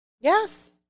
Yes